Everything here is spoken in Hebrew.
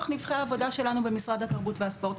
נבכי העבודה שלנו במשרד התרבות והספורט.